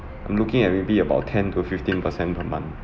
I'm looking at maybe about ten to fifteen per cent per month